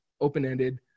Open-ended